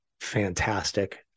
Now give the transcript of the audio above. fantastic